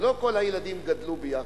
ולא כל הילדים גדלו ביחד.